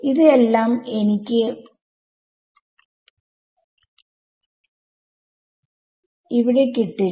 ഇത് എല്ലാം എനിക്ക് ഇവിടെ കിട്ടില്ല